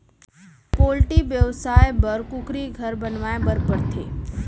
poultry बेवसाय बर कुकुरी घर बनवाए बर परथे